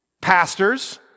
pastors